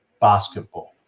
basketball